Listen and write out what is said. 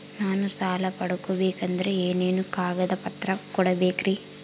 ನಾನು ಸಾಲ ಪಡಕೋಬೇಕಂದರೆ ಏನೇನು ಕಾಗದ ಪತ್ರ ಕೋಡಬೇಕ್ರಿ?